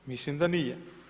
Mislim da nije.